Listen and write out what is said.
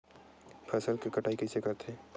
फसल के कटाई कइसे करथे?